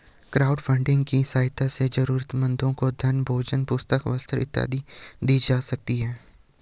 crowdfunding की सहायता से जरूरतमंदों को धन भोजन पुस्तक वस्त्र इत्यादि दी जा सकती है